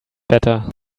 better